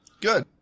Good